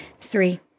Three